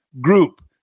Group